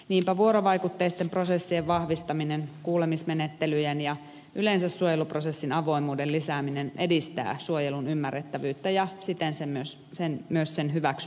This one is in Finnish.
niinpä vuorovaikutteisten prosessien vahvistaminen kuulemismenettelyjen ja yleensä suojeluprosessin avoimuuden lisääminen edistää suojelun ymmärrettävyyttä ja siten myös sen hyväksyttävyyttä